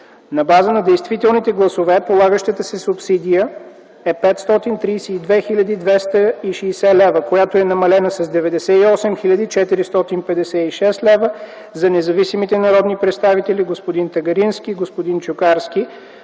На база на действителните гласове полагащата се субсидия е 532 хил. 260 лв., която е намалена с 98 хил. 456 лв. за независимите народни представители господин Тагарински и господин Чукарски